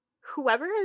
whoever